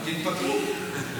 תתפטרו.